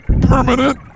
permanent